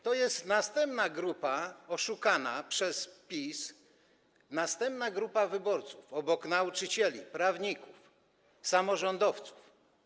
To jest następna grupa oszukana przez PiS, następna grupa wyborców, obok nauczycieli, prawników, samorządowców.